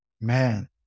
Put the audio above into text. man